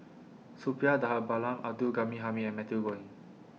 Suppiah Dhanabalan Abdul Ghani Hamid and Matthew Ngui